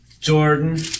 Jordan